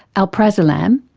alprazolam,